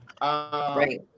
Right